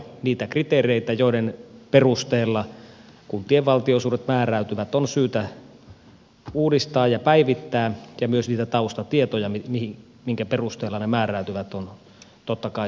niitä kriteereitä joiden perusteella kuntien valtionosuudet määräytyvät on syytä uudistaa ja päivittää ja myös niitä taustatietoja minkä perusteella ne määräytyvät on totta kai syytä päivittää